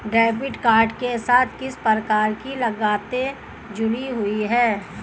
Debit card के साथ किस प्रकार की लागतें जुड़ी हुई हैं?